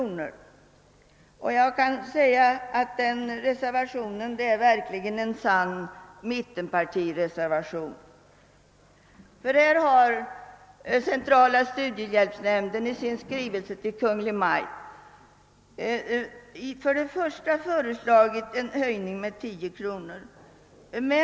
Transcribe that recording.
i varje avståndsklass. Den reservationen är verkligen en sann mittenpartireservation. Centrala studiehjälpsnämnden har i sin skrivelse till Kungl. Maj:t föreslagit en höjning med 10 kr.